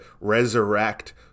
resurrect